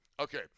Okay